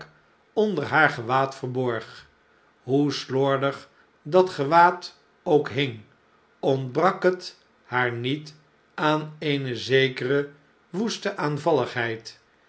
onder haar gewaad verborg hoe slordig datgewaad ook hing ontbrak het haar niet aan eene zekere woeste aanvalligheid